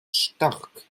stark